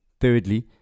Thirdly